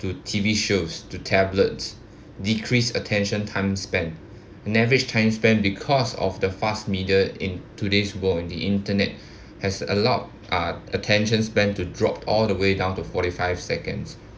do T_V shows do tablets decrease attention timespan an average timespan because of the fast media in today's world and the internet has allowed our attention span to drop all the way down to forty five seconds